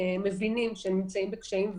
שמבינים שהם נמצאים בקשיים,